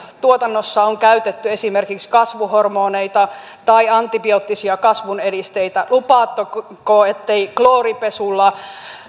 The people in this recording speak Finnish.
tuotannossa on käytetty esimerkiksi kasvuhormoneja tai antibioottisia kasvun edisteitä lupaatteko ettei klooripesulla